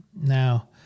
Now